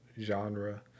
genre